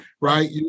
right